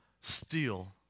steal